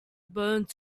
burned